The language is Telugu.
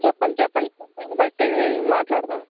చెప్పండి చెప్పండి దాన్ని బట్టి మాట్లాడుదాము